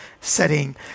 setting